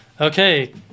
Okay